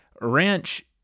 Ranch